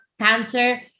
cancer